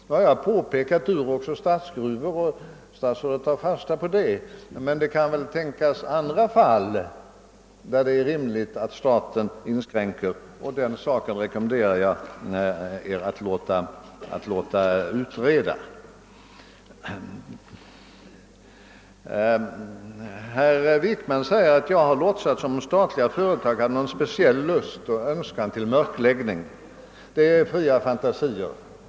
Jag har pekat på Durox och AB Statsgruvor, och statsrådet tar fasta på det. Men det kan väl även tänkas andra fall där det är rimligt att staten inskränker sin företagsamhet, och den saken rekommenderar jag Er att låta utreda. Herr Wickman säger att jag låtsas som om statliga företag hade någon speciell lust och önskan till mörkläggning. Det är fria fantasier.